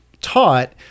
Taught